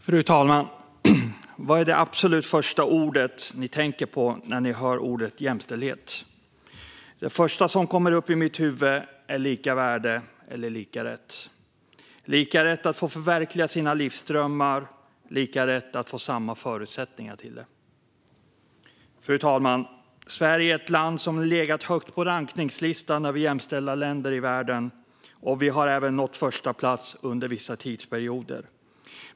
Fru talman! Vad är det absolut första ni tänker på när ni hör ordet jämställdhet? Det första som kommer upp i mitt huvud är lika värde eller lika rätt. Det är lika rätt att få förverkliga sina livsdrömmar och lika rätt att få samma förutsättningar för det. Fru talman! Sverige är ett land som har legat högt på rankningslistan över jämställda länder i världen. Vi har under vissa tidsperioder även nått första plats.